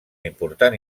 important